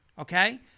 okay